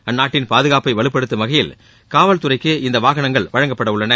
அந்நாட்டின் பாதுகாப்பை வலுப்படுத்தும் வகையில் காவல்துறைக்கு இந்த வாகனங்கள் வழங்கப்பட உள்ளன